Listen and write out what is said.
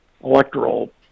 electoral